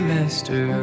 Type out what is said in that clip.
Mister